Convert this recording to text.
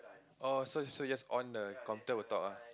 oh so so is just on the counter will talk ah